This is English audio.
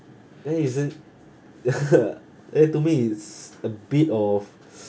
that isn't that to me is a bit of